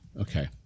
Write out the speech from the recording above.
Okay